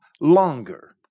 longer